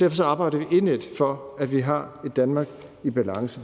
Derfor arbejder vi indædt for, at vi har et Danmark i balance.